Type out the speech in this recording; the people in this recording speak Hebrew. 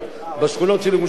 בשכונות של ירושלים.